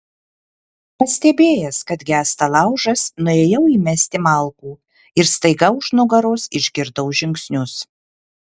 pastebėjęs kad gęsta laužas nuėjau įmesti malkų ir staiga už nugaros išgirdau žingsnius